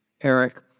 Eric